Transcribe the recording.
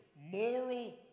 moral